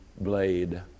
blade